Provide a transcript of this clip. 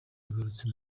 yagarutse